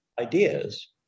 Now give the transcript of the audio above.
ideas